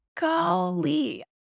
Golly